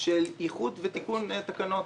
של איחוד ותיקון תקנות.